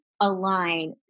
align